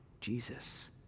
Jesus